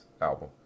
album